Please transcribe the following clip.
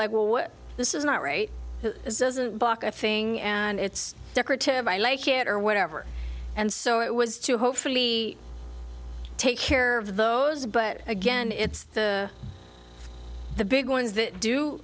like well what this is not right doesn't block a thing and it's decorative i like it or whatever and so it was to hopefully take care of those but again it's the big ones that do